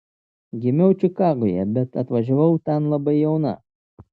gimiau čikagoje bet atvažiavau ten labai jauna